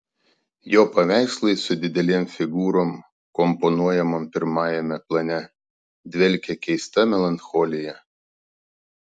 jo paveikslai su didelėm figūrom komponuojamom pirmajame plane dvelkia keista melancholija